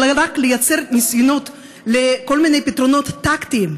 אלא רק לייצר ניסיונות לכל מיני פתרונות טקטיים,